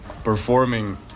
performing